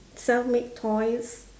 self made toys